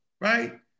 right